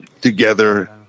together